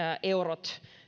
eurot